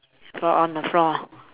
floor on the floor ah